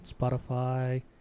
Spotify